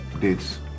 dates